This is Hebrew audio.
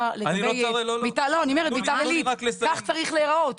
לגבי ביתר עילית כך זה צריך להיראות.